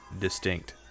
distinct